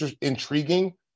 intriguing